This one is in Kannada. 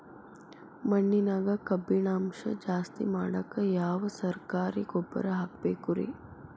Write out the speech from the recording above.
ಮಣ್ಣಿನ್ಯಾಗ ಕಬ್ಬಿಣಾಂಶ ಜಾಸ್ತಿ ಮಾಡಾಕ ಯಾವ ಸರಕಾರಿ ಗೊಬ್ಬರ ಹಾಕಬೇಕು ರಿ?